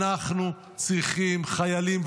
אנחנו צריכים חיילים.